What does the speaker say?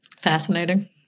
Fascinating